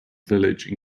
village